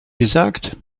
gesagt